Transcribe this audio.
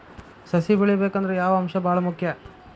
ಸಸಿ ಬೆಳಿಬೇಕಂದ್ರ ಯಾವ ಅಂಶ ಭಾಳ ಮುಖ್ಯ?